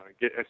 get